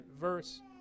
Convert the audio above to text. verse